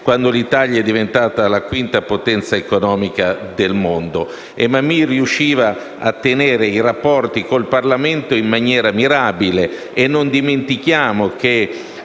quando l'Italia è diventata la quinta potenza economica del mondo. Mammì riusciva a tenere i rapporti con il Parlamento in maniera mirabile e non dimentichiamo che,